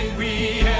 we